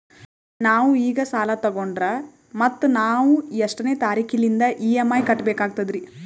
ನಾವು ಈಗ ಸಾಲ ತೊಗೊಂಡ್ರ ಮತ್ತ ನಾವು ಎಷ್ಟನೆ ತಾರೀಖಿಲಿಂದ ಇ.ಎಂ.ಐ ಕಟ್ಬಕಾಗ್ತದ್ರೀ?